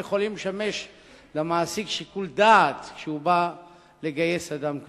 ויכולים לשמש למעסיק שיקול כשהוא בא לגייס אדם כזה.